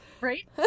right